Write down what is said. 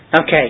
Okay